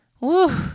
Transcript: Woo